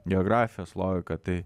geografijos logika tai